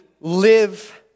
live